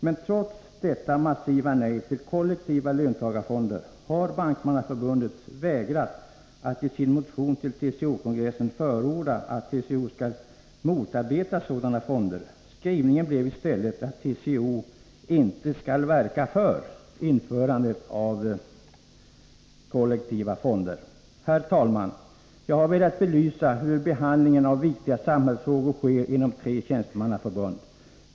Men trots detta massiva nej till kollektiva löntagarfonder har Bankmannaförbundet vägrat att i sin motion till TCO-kongressen förorda att TCO skall motarbeta sådana fonder. Skrivningen blev i stället att TCO ”inte skall verka för” införandet av kollektiva fonder. Herr talman! Jag har velat belysa hur behandlingen av viktiga samhällsfrågor sker inom tre tjänstemannaförbund.